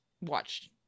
watched